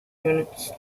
units